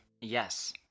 Yes